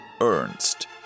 Ernst